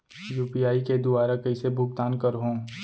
UPI के दुवारा कइसे भुगतान करहों?